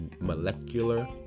molecular